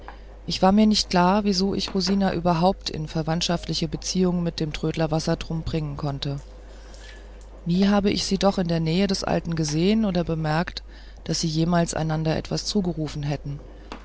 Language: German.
ich war mir nicht klar wieso ich rosina überhaupt in verwandtschaftliche beziehungen mit dem trödler wassertrum bringen konnte nie habe ich sie doch in der nähe des alten gesehen oder bemerkt daß sie jemals einander etwas zugerufen hätten